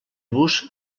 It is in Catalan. vos